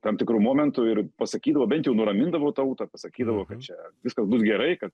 tam tikru momentu ir pasakydavo bent jau nuramindavo tautą pasakydavo kad čia viskas bus gerai kad